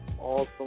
Awesome